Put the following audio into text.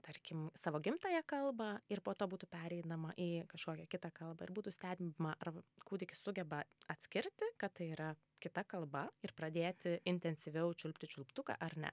tarkim savo gimtąją kalbą ir po to būtų pereinama į kažkokią kitą kalbą ir būtų stebima ar kūdikis sugeba atskirti kad tai yra kita kalba ir pradėti intensyviau čiulpti čiulptuką ar ne